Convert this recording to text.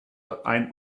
ein